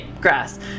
grass